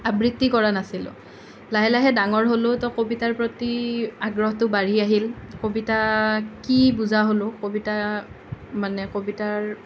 আবৃত্তি কৰা নাছিলোঁ লাহে লাহে ডাঙৰ হ'লোঁ ত' কবিতাৰ প্ৰতি আগ্ৰহটো বাঢ়ি আহিল কবিতা কি বুজা হ'লোঁ কবিতা মানে কবিতাৰ